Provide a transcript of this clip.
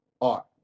art